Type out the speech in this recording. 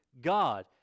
god